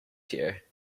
here